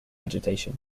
agitation